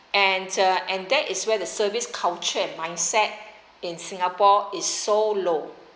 and uh and that is where the service culture and mindset in singapore is so low